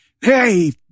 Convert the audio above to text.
Hey